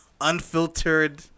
unfiltered